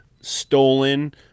stolen